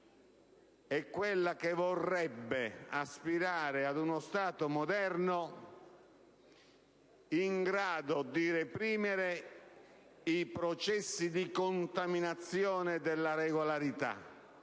è quella che aspirerebbe ad uno Stato moderno, in grado di reprimere i processi di contaminazione della regolarità